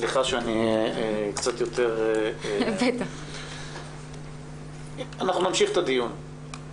סליחה שאני קצת יותר -- אנחנו נמשיך את הדיון,